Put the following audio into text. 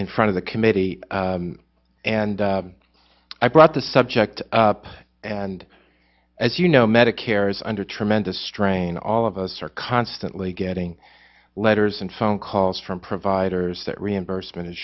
in front of the committee and i brought the subject up and as you know medicare is under tremendous strain all of us are constantly getting letters and phone calls from providers that reimbursement